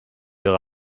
ihre